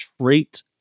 trait